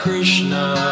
Krishna